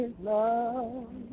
love